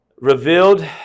Revealed